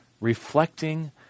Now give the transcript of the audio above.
reflecting